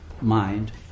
mind